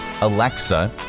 Alexa